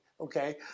okay